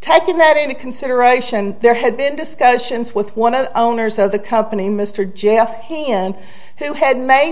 taking that into consideration there had been discussions with one of the owners of the company mr j f k and who had made